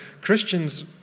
Christians